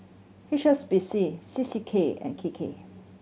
H S B C C C K and K K